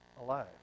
alive